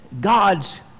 God's